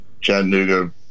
Chattanooga